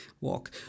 walk